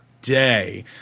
day